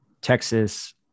Texas